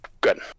Good